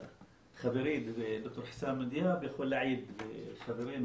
חברי ד"ר חוסאם דיאב יכול להעיד וחברנו,